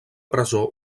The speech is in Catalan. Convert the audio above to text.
presó